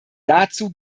dazu